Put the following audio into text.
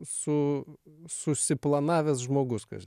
su susiplanavęs žmogus kas